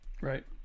right